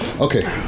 Okay